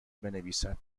بنویسد